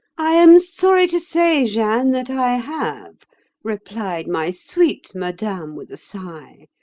i am sorry to say, jeanne, that i have replied my sweet madame with a sigh,